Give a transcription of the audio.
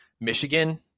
Michigan